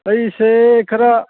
ꯑꯩꯁꯦ ꯈꯔ